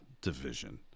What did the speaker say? division